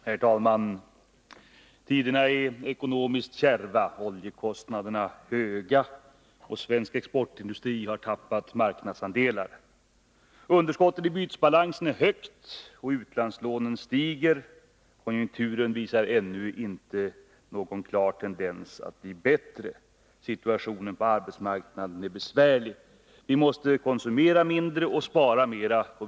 Herr talman! Tiderna är ekonomiskt kärva, oljekostnaderna är höga och svensk exportindustri har tappat marknadsandelar. Underskottet i bytesbalansen är högt och utlandslånen stiger. Konjunkturen visar ännu inte någon klar tendens att bli bättre. Situationen på arbetsmarknaden är besvärlig. Vi måste konsumera mindre och spara mer.